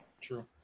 True